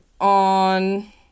on